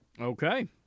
Okay